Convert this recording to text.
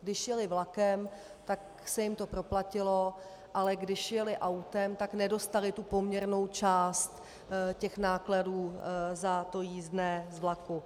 Když jeli vlakem, tak se jim to proplatilo, ale když jeli autem, tak nedostali tu poměrnou část nákladů za to jízdné vlaku.